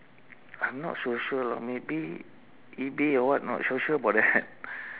I'm not so sure lah maybe ebay or what not sure about that